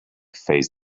phase